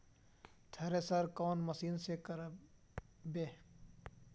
Thresher कौन machine से करबे?